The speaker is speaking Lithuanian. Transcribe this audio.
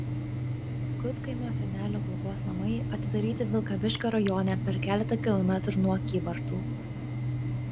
gudkaimio senelių globos namai atidaryti vilkaviškio rajone per keletą kilometrų nuo kybartų